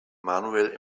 manuel